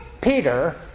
Peter